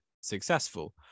successful